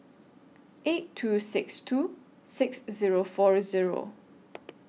eight two six two six Zero four Zero